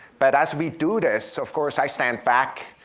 but as we do this, of course, i stand back,